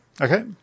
Okay